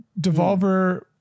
devolver